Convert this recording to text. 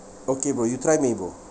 okay bro you try me bro